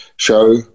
show